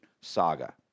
saga